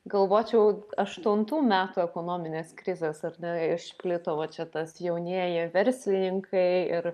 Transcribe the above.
galvočiau aštuntų metų ekonominės krizės ar ne išplito o va čia tas jaunieji verslininkai ir